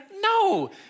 No